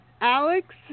Alex